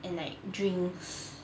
and like drinks